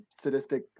sadistic